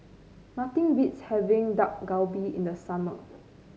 nothing beats having Dak Galbi in the summer